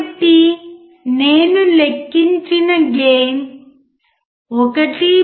కాబట్టి నేను లెక్కించిన గెయిన్ 1